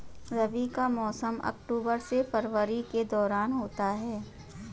रबी का मौसम अक्टूबर से फरवरी के दौरान होता है